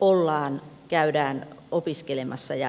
ollaan käydään opiskelemassa ja eletään